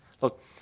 Look